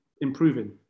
improving